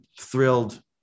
thrilled